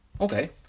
okay